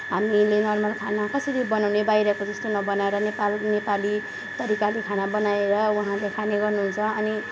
हामीले नर्मल खाना कसरी बनाउने बाहिरको जस्तो नबनाएर नेपाल नेपाली तरिकाले खाना बनाएर उहाँले खाने गर्नुहुन्छ अनि